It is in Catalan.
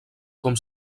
com